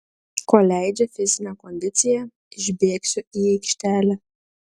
kol leidžia fizinė kondicija išbėgsiu į aikštelę